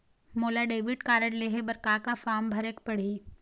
मोला debit card लेहे बर का का फार्म भरेक पड़ही?